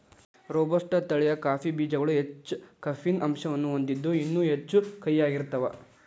robusta ತಳಿಯ coffee ಬೇಜಗಳು ಹೆಚ್ಚ ಕೆಫೇನ್ ಅಂಶವನ್ನ ಹೊಂದಿದ್ದು ಇನ್ನೂ ಹೆಚ್ಚು ಕಹಿಯಾಗಿರ್ತಾವ